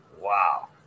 wow